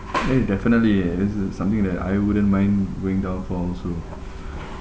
eh definitely this is something that I wouldn't mind going down for also